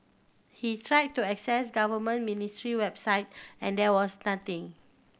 he tried to access government ministry website and there was nothing